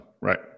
right